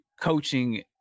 coaching